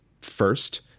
first